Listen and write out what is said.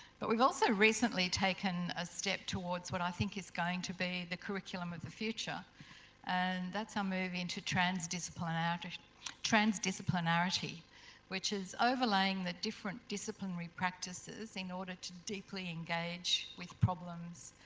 but we've also recently taken a step towards what i think is going to be the curriculum of the future and that's our move into transdisciplinarity transdisciplinarity which is overlaying the different disciplinary practices in order to deeply engage with problems